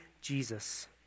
Jesus